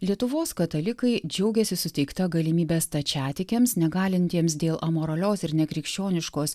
lietuvos katalikai džiaugiasi suteikta galimybe stačiatikiams negalintiems dėl amoralios ir nekrikščioniškos